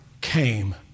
came